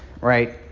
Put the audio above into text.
right